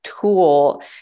tool